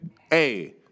Hey